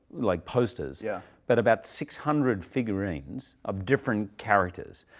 like posters, yeah but about six hundred figurines of different characters,